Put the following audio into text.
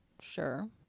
Sure